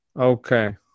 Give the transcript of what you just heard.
Okay